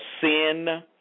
sin